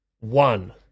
one